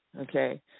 Okay